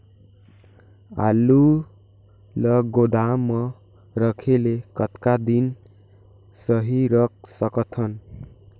आलू ल गोदाम म रखे ले कतका दिन सही रख सकथन?